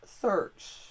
search